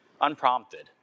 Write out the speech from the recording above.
unprompted